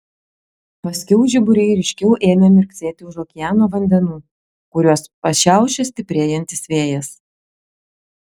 paskiau žiburiai ryškiau ėmė mirksėti už okeano vandenų kariuos pašiaušė stiprėjantis vėjas